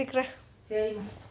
எழுந்திரிக்கிரேன்:ezhunthirikkiren why